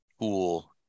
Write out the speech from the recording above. tool